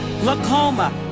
glaucoma